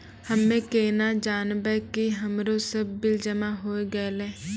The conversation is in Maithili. हम्मे केना जानबै कि हमरो सब बिल जमा होय गैलै?